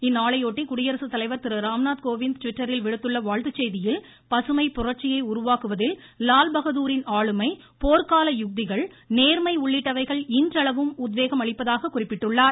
இந்நாளை ஒட்டி குடியரசுத்தலைவர் திருராம்நாத் கோவிந்த் டிவிட்டரில் விடுத்துள்ள வாழ்த்துச் செய்தியில் பசுமை புரட்சியை உருவாக்குவதில் லால்பகதூரின் ஆளுமை போர்கால யுக்திகள் நேர்மை உள்ளிட்டவைகள் இன்றளவும் உத்வேகம் அளிப்பதாக குறிப்பிட்டுள்ளார்